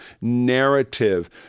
narrative